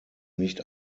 nicht